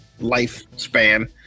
lifespan